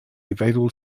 available